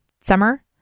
summer